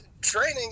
Training